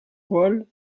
poils